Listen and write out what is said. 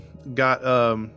got